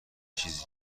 چیزی